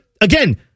Again